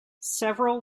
several